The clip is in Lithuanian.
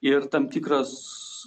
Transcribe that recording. ir tam tikras